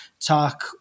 talk